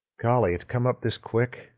golly it's come up this quick?